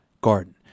garden